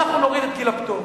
אנחנו נוריד את גיל הפטור.